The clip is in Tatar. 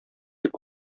дип